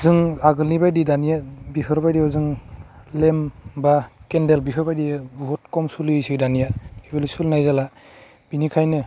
जों आगोलनिबायदि दानिया बिफोरबायदियाव जों लेम्फ बा केन्डेल बेफोर बायदि बहुद खम सलियोसै दानिया बेबायदि सलिनाय जाला बिनिखायनो